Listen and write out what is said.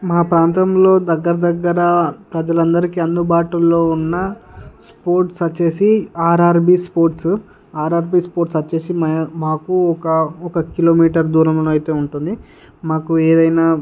మా ప్రాంతంలో దగ్గరదగ్గర ప్రజలు అందరికి అందుబాటులో ఉన్న స్పోర్ట్స్ వచ్చి ఆర్ఆర్బీ స్పోర్ట్స్ ఆర్ఆర్బీ స్పోర్ట్స్ వచ్చి మా మాకు ఒక ఒక కిలోమీటరు దూరములో అయితే ఉంటుంది మాకు ఏదైనా